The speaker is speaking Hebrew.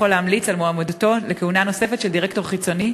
להמליץ על מועמדותו לכהונה נוספת של דירקטור חיצוני.